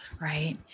right